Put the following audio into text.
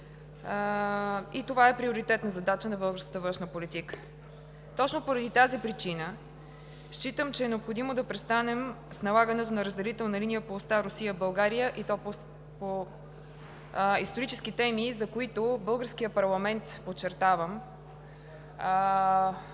Това е приоритетна задача на българската външна политика. Точно поради тази причина считам, че е необходимо да престанем с налагането на разделителна линия по оста Русия – България, и то по исторически теми, за които българският парламент, подчертавам,